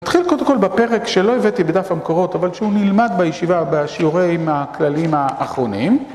נתחיל קודם כל בפרק שלא הבאתי בדף המקורות, אבל שהוא נלמד בישיבה בשיעורים הכללים האחרונים.